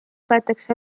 võetakse